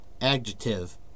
Adjective